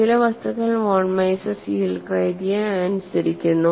ചില വസ്തുക്കൾ von Mises yield criteria അനുസരിക്കുന്നു